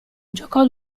giocò